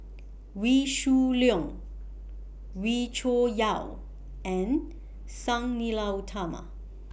Wee Shoo Leong Wee Cho Yaw and Sang Nila Utama